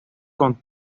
con